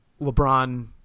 LeBron